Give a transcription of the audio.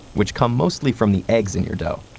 which come mostly from the eggs in your dough.